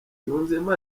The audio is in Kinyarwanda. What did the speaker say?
yunzemo